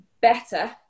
better